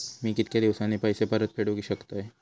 मी कीतक्या दिवसांनी पैसे परत फेडुक शकतय?